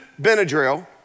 Benadryl